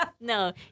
No